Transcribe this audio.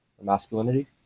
Masculinity